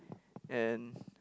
and